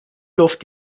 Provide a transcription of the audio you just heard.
luft